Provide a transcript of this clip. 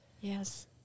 Yes